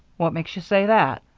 what makes you say that?